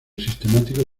sistemático